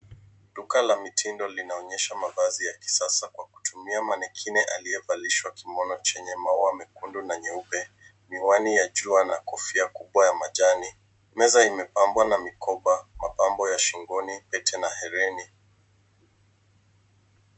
Duka la mitindo linaonyesha mavazi ya kisasa kwa kutumia mannequin aliyevalishwa kimono chenye maua mekundu na nyeupe, miwani ya jua na kofia kubwa ya majani. Meza imepambwa na mikoba, mapambo ya shingoni, pete na herini.